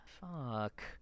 Fuck